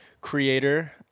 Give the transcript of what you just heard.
creator